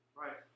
Right